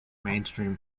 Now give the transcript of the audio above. mainstream